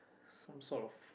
some sort of